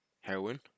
heroin